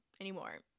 anymore